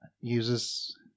uses